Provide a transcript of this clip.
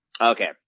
Okay